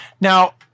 Now